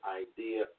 idea